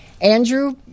Andrew